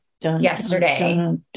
yesterday